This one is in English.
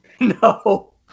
no